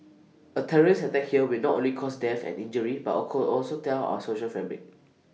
A terrorist attack here will not only cause death and injury but or co also tear our social fabric